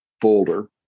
folder